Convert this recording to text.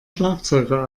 schlagzeuger